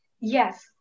Yes